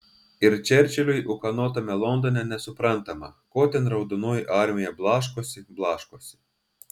ir čerčiliui ūkanotame londone nesuprantama ko ten raudonoji armija blaškosi blaškosi